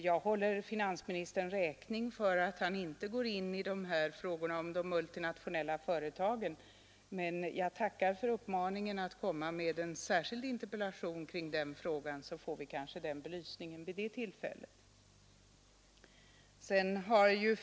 Jag håller finansministern räkning för att han inte går in på frågan om de multinationella företagen, men jag tackar för uppmaningen att komma med en särskild interpellation kring den frågan; då får vi kanske den närmare belyst vid ett senare tillfälle.